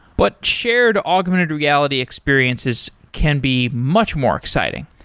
but shared augmented reality experiences can be much more exciting.